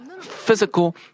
physical